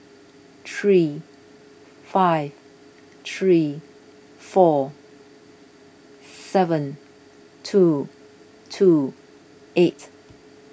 three five three four seven two two eight